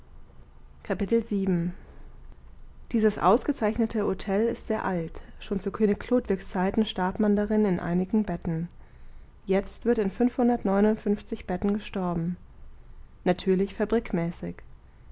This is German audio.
dieses ausgezeichnete htel ist sehr alt schon zu könig chlodwigs zeiten starb man darin in einigen betten jetzt wird in betten gestorben natürlich fabrikmäßig